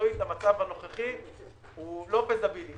שהמצב הנוכחי הוא לא פיזיבילי,